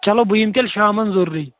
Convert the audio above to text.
چلو بہٕ یِمہٕ تیٚلہِ شامَس ضٔروٗری